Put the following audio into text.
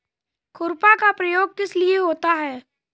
खुरपा का प्रयोग किस लिए होता है?